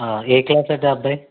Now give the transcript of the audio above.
ఏ class అండి ఆ అబ్బాయి